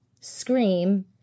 scream